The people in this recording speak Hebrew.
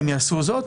הם יעשו זאת.